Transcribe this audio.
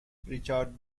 ریچارد